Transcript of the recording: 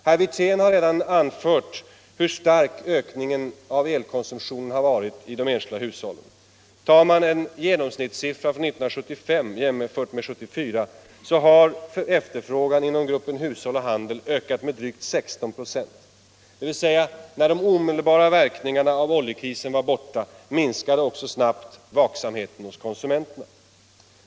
Herr Wirtén har redan anfört hur stark ökningen av elkonsumtion har varit i de enskilda hushållen. Jämför man genomsnittssiffrorna för 1974 och 1975, finner man att efterfrågan inom gruppen hushåll och handel har ökat med drygt 16 26. När de omedelbara verkningarna av oljekrisen var borta, minskade också snabbt vaksamheten hos konsumenterna.